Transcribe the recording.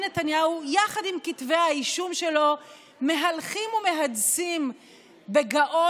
נתניהו יחד עם כתבי האישום שלו מהלכים ומהדסים בגאון